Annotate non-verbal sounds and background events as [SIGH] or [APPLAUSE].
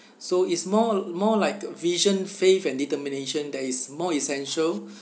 [BREATH] so it's more more like uh vision faith and determination that is more essential [BREATH]